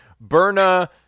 Berna